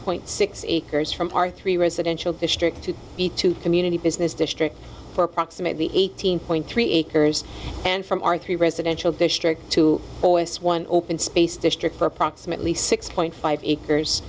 point six acres from our three residential district to community business district for approximately eighteen point three acres and from our three residential district to voice one open space district for approximately six point five acres